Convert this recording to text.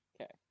Okay